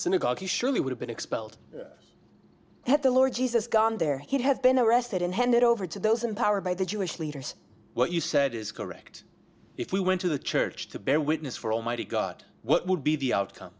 synagogue he surely would have been expelled had the lord jesus gone there he'd have been arrested and handed over to those in power by the jewish leaders what you said is correct if we went to the church to bear witness for almighty god what would be the outcome